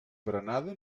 berenada